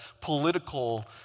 political